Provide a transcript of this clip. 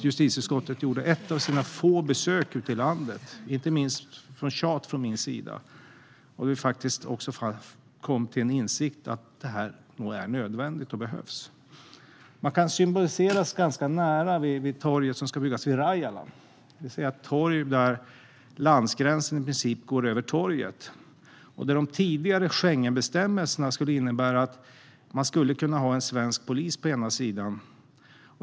Justitieutskottet gjorde ett av sina få besök ute i landet där - efter tjat från min sida - och kom till insikt om att det här nog är nödvändigt och behövs. Det symboliseras ganska tydligt av torget som ska byggas i Rajala, där landsgränsen i princip går över torget. De tidigare Schengenbestämmelserna innebär att man skulle kunna ha svensk polis på ena sidan.